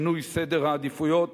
שינוי סדר העדיפויות,